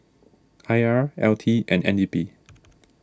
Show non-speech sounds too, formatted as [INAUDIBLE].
I R L T and N D P [NOISE]